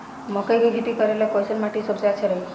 मकई के खेती करेला कैसन माटी सबसे अच्छा रही?